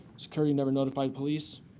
security never notified police.